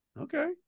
Okay